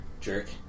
jerk